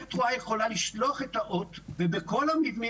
מערכת תרועה יכולה לשלוח את האות ובכל המבנים